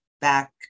back